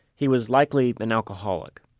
he was likely an alcoholic.